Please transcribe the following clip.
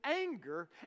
anger